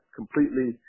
completely